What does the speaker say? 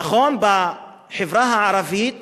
נכון, בחברה הערבית